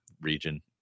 region